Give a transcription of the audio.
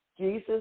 Jesus